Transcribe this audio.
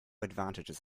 advantages